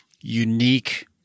unique